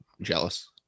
Jealous